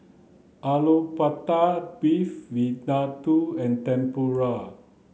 Alu Beef Vindaloo and Tempura